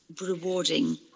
rewarding